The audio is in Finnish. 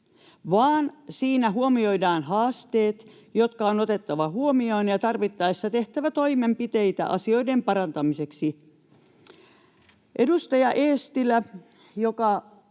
vaan siinä huomioidaan haasteet, jotka on otettava huomioon ja tarvittaessa tehtävä toimenpiteitä asioiden parantamiseksi. Edustaja Eestilä, joka